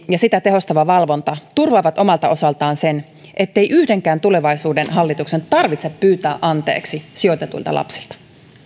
ja sitä tehostava valvonta turvaavat omalta osaltaan sen ettei yhdenkään tulevaisuuden hallituksen tarvitse pyytää anteeksi sijoitetuilta lapsilta